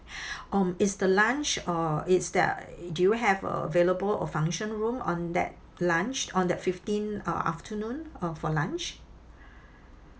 um is the lunch uh is there do you have available a function room on that lunch on that fifteen uh afternoon uh for lunch